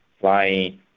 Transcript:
flying